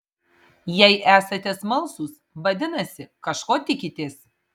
jei esate smalsūs vadinasi kažko tikitės